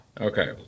Okay